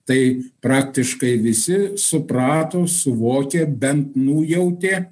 tai praktiškai visi suprato suvokė bent nujautė